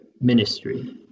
ministry